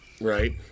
Right